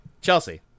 Chelsea